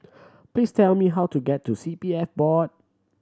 please tell me how to get to C P F Board